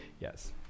yes